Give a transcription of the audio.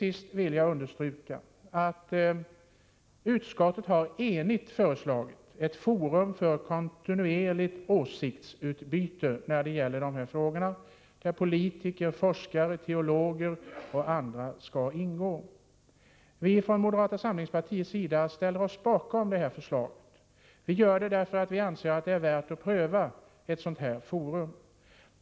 Jag vill understryka att utskottet enigt har föreslagit ett forum för kontinuerligt åsiktsutbyte när det gäller dessa frågor, där politiker, forskare, teologer och andra skall ingå. Vi från moderata samlingspartiets sida ställer oss bakom detta förslag. Vi gör det därför att vi anser att det är värt att pröva ett sådant forum.